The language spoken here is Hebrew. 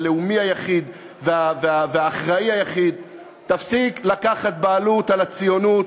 הלאומי היחיד והאחראי היחיד: תפסיק לקחת בעלות על הציונות,